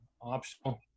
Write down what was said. Optional